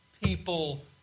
people